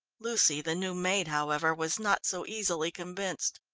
lucy, the new maid, however, was not so easily convinced.